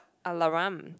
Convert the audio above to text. Alaram